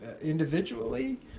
individually